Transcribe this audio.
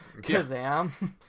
Kazam